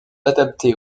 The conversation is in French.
adaptés